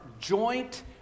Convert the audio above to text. joint